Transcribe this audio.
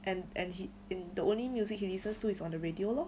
and and he in the only music he listens to is on the radio lor